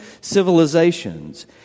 civilizations